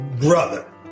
brother